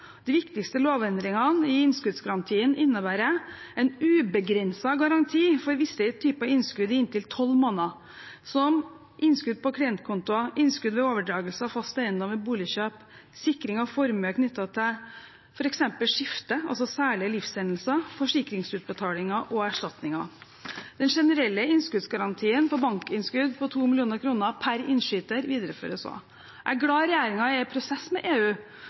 De viktigste lovendringene i innskuddsgarantien innebærer en ubegrenset garanti for visse typer innskudd i inntil tolv måneder, som innskudd på klientkonti innskudd ved overdragelse av fast eiendom ved boligkjøp sikring av formue knyttet til særlige livshendelser, som f.eks. skifte forsikringsutbetalinger erstatninger Den generelle innskuddsgarantien på bankinnskudd på 2 mill. kr per innskyter videreføres også. Jeg er glad regjeringen er i prosess med EU